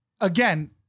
again